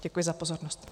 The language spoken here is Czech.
Děkuji za pozornost.